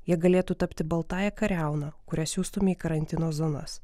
jie galėtų tapti baltąja kariauna kurią siųstume į karantino zonas